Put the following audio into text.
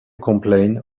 complain